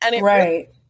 Right